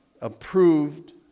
approved